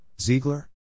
Ziegler